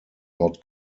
not